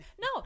no